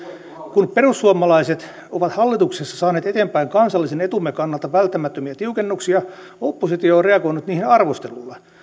kun perussuomalaiset ovat hallituksessa saaneet eteenpäin kansallisen etumme kannalta välttämättömiä tiukennuksia oppositio on reagoinut niihin arvostelulla